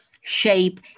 shape